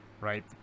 right